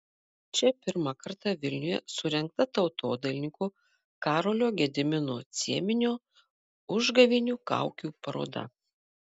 čia pirmą kartą vilniuje surengta tautodailininko karolio gedimino cieminio užgavėnių kaukių paroda